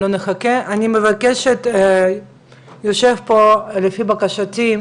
נחכה, יושב פה, לפי בקשתי,